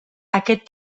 aquest